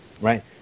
right